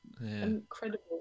incredible